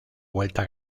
vuelta